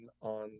on